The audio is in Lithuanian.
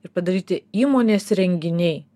ir padaryti įmonės renginiai